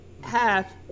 half